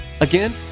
Again